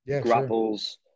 grapples